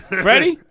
Ready